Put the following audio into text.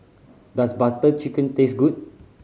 does Butter Chicken taste good